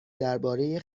درباره